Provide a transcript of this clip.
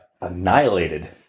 annihilated